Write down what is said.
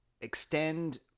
extend